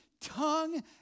tongue